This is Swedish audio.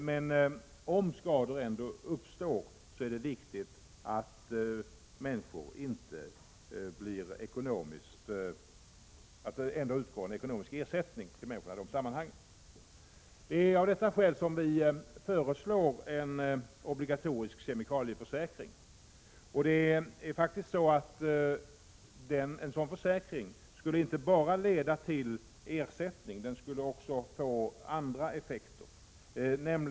Men om skador ändå uppstår, är det viktigt att människor får en ekonomisk ersättning. Det är av detta skäl som vi föreslår en obligatorisk kemikalieförsäkring. En sådan försäkring skulle inte bara leda till ersättning, den skulle också få andra effekter.